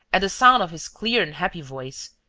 at the sound of his clear and happy voice,